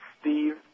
Steve